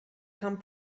come